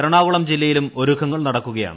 എറണാകുളം ജില്ലയിലും ഒരുക്കങ്ങൾ നടക്കുകയാണ്